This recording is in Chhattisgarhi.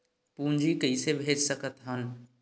पूंजी कइसे भेज सकत हन?